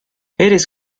eres